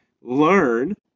learn